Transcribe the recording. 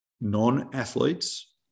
non-athletes